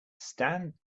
stand